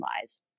lies